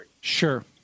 Sure